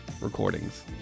Recordings